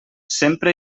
sempre